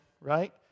right